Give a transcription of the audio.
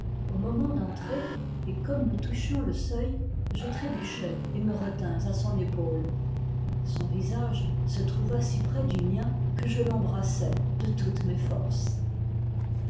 au moment d'entrer et comme nous touchions le seuil je trébuchai et me retins à son épaule son visage se trouva si près du mien que je l'embrassai de toutes mes forces